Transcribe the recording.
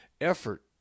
effort